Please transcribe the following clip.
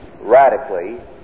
radically